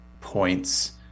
points